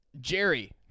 Jerry